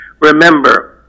Remember